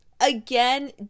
again